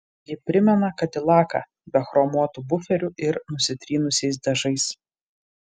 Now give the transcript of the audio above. ji primena kadilaką be chromuotų buferių ir nusitrynusiais dažais